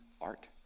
art